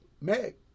Meg